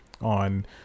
on